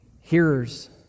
Hearers